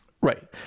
Right